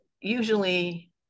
usually